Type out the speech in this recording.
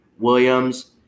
Williams